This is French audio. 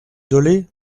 dolez